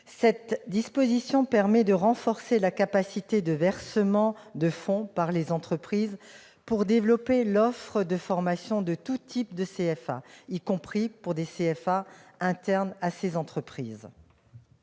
Cette modification permet de renforcer la capacité de versement de fonds par les entreprises pour développer l'offre de formation de tous les types de CFA, y compris des CFA internes aux entreprises.